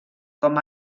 com